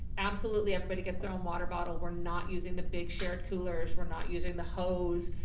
absolutely everybody gets their own water bottle. we're not using the big shared coolers, we're not using the hose.